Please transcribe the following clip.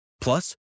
Plus